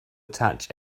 attach